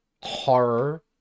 horror